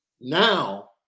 Now